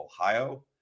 Ohio